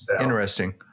Interesting